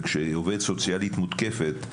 וכשעובדת סוציאלית מותקפת,